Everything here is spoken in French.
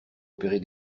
opérer